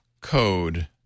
code